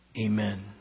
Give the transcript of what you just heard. amen